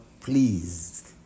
pleased